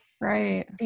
Right